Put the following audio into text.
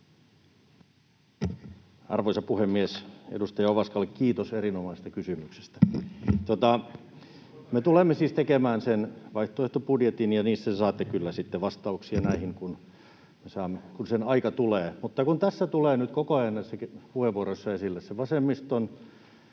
Arvoisa puhemies! Edustaja Ovaskalle kiitos erinomaisesta kysymyksestä. Me tulemme siis tekemään vaihtoehtobudjetin, ja siitä te saatte kyllä sitten vastauksia näihin, kun sen aika tulee. Tässä tulee nyt koko ajan näissäkin puheenvuoroissa esille se vasemmiston